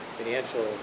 financial